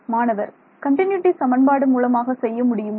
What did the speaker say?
மாணவர் மாணவர் கண்டினூட்டி சமன்பாடு மூலமாக செய்ய முடியுமா